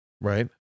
Right